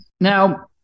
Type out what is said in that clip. Now